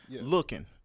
looking